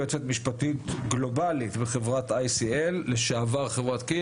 היועצת המשפטית הגלובלית של חברת ICL חברת כי"ל לשעבר.